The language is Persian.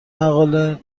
مقاله